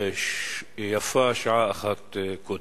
ויפה שעה אחת קודם.